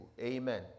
Amen